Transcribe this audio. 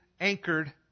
anchored